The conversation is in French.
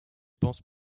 pensent